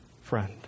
friend